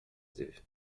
teve